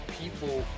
people